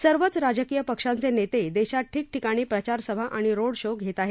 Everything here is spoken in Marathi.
सर्वच राजकीय पक्षांचे नेते देशात ठिकठिकाणी प्रचारसभा आणि रोड शो घेत आहेत